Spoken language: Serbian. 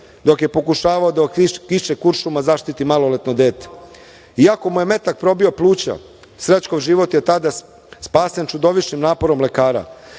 dok je pokušavao da zaštiti maloletno dete. Ako mu je metak probio pluća, Srećkov život je tada spašen čudovišnim naporom lekara.